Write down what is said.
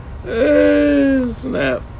Snap